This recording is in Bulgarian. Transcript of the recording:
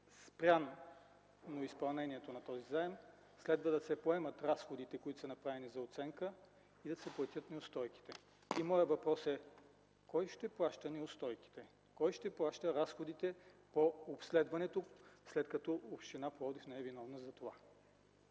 спряно изпълнението на този заем, следва да се поемат разходите, които са направени за оценка, и да се платят неустойките. Моят въпрос е: кой ще плаща неустойките? Кой ще плаща разходите по обследването, след като община Пловдив не е виновна за това?